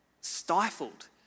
stifled